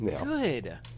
Good